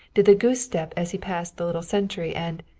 did the goose step as he passed the little sentry and,